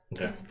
Okay